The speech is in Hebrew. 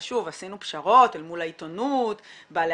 עשינו פשרות אל מול העיתונות, בעלי